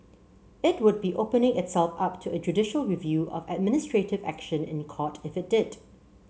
it would be opening itself up to a judicial review of administrative action in Court if it did